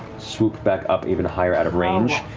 swoop back up even higher out of range.